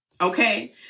Okay